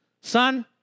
son